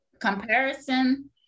comparison